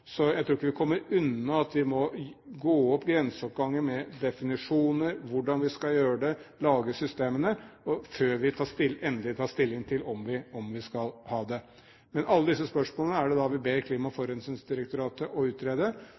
Jeg tror ikke vi kommer unna at vi må gå opp grenseoppgangen med definisjoner, hvordan vi skal gjøre det og lage systemene, før vi tar endelig stilling til om vi skal ha dette. Men alle disse spørsmålene er det vi ber Klima- og forurensningsdirektoratet om å utrede,